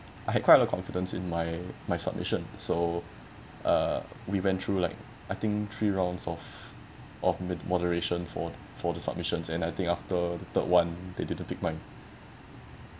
I had quite low confidence in my my submission so uh we went through like I think three rounds of of mid moderation for for the submissions and I think after the third one they didn't pick mine